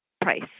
price